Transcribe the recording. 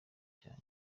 cyane